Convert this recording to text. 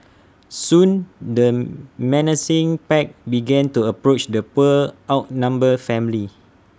soon the menacing pack began to approach the poor outnumbered family